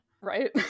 Right